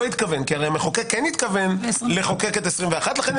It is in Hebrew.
לא התכוון כי הרי המחוקק כן התכוון לחוקק את 21 לכן אני